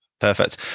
Perfect